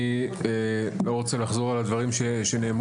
אני לא רוצה לחזור על דברים שנאמרו.